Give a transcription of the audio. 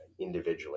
individually